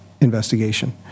investigation